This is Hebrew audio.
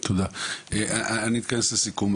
אני אתכנס לסיכום.